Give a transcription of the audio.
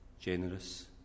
generous